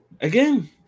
again